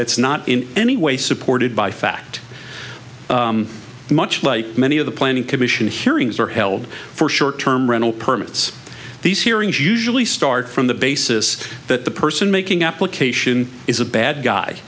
that's not in any way supported by fact much like many of the planning commission hearings are held for short term rental permits these hearings usually start from the basis that the person making application is a bad guy